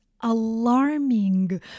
alarming